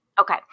Okay